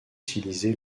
utilisé